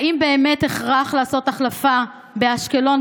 האם באמת הכרח לעשות החלפה באשקלון,